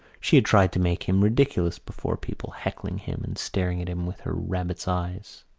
she had tried to make him ridiculous before people, heckling him and staring at him with her rabbit's eyes.